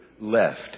left